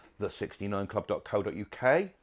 the69club.co.uk